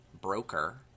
Broker